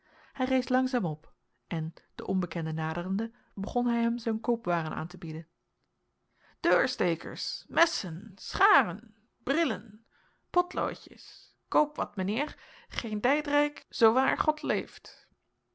hij rees langzaam op en den onbekende naderende begon hij hem zijn koopwaren aan te bieden dheursthekers messen scharen brillen photloodjes khoop wat meneer gheen deit rijk zoowaar god leeft